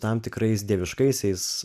tam tikrais dieviškaisiais